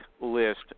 list